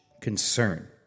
concern